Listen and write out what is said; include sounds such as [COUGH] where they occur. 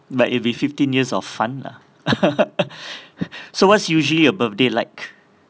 but it'll be fifteen years of fun lah [LAUGHS] so what's usually a birthday like